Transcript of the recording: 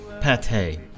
Pate